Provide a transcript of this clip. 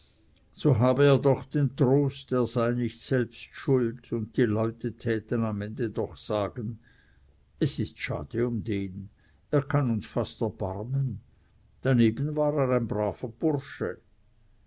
so habe er doch den trost er sei nicht selbst schuld und die leute täten am ende doch sagen es ist schade um den er kann uns fast erbarmen daneben war er ein braver bursche